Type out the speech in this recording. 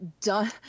done